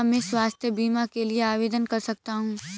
क्या मैं स्वास्थ्य बीमा के लिए आवेदन कर सकता हूँ?